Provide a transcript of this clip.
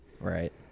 right